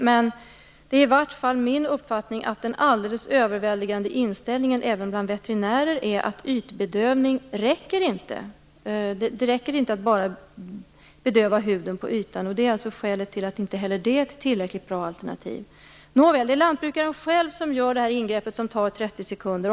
Men det är i varje fall min uppfattning att den alldeles överväldigande inställningen även bland veterinärer är att ytbedövning inte räcker. Det räcker inte att bara bedöva huden på ytan. Det är skälet till att inte heller det är ett tillräckligt bra alternativ. Nåväl, det är lantbrukaren själv som gör det här ingreppet som tar 30 sekunder.